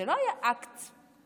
זה לא היה אקט מתריס.